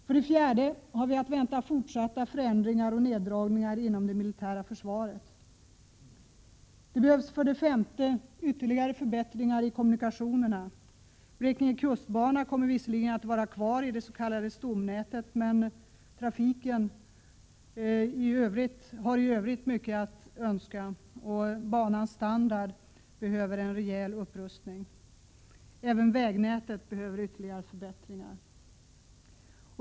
För det fjärde är fortsatta förändringar och neddragningar inom det militära försvaret att vänta. Det behövs för det femte ytterligare förbättringar i kommunikationerna. Blekinge kustbana kommer visserligen att vara kvar i det s.k. stomnätet, men när det gäller trafiken är det mycket övrigt att önska. Banans standard är sådan att den behöver en rejäl upprustning. Även vägnätet behöver ytterligare förbättringar.